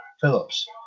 Phillips